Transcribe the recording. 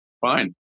fine